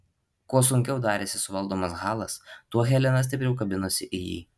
kuo sunkiau darėsi suvaldomas halas tuo helena stipriau kabinosi į jį